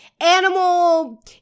animal